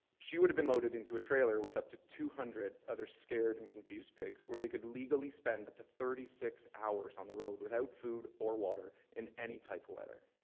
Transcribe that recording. she'd have been loaded into a trailer with up to two hundred other scared and confused pigs, where they could legally spend up to thirty six hours on the road without food or water, in any type of weather.